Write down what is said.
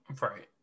Right